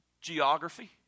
geography